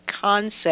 concept